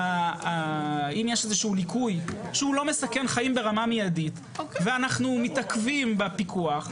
ואם יש איזשהו ליקוי שלא מסכן חיים ברמה מידית ואנחנו מתעכבים בפיקוח,